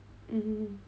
mm